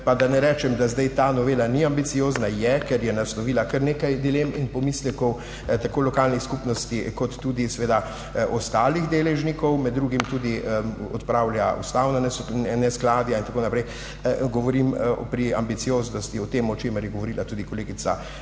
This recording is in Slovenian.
Pa da ne rečem, da zdaj ta novela ni ambiciozna, je, ker je naslovila kar nekaj dilem in pomislekov tako lokalnih skupnosti kot tudi ostalih deležnikov, med drugim tudi odpravlja ustavna neskladja in tako naprej. Govorim o ambicioznosti pri tem, o čemer je govorila tudi kolegica